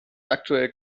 aktuell